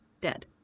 Dead